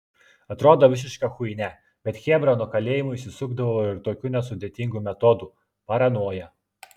atrodo visiška chuinia bet chebra nuo kalėjimo išsisukdavo ir tokiu nesudėtingu metodu paranoja